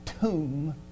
tomb